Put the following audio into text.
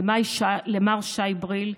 למר שי בריל,